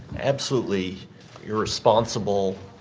absolutely irresponsible,